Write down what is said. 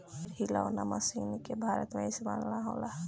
पेड़ हिलौना मशीन के भारत में इस्तेमाल ना होला